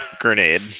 grenade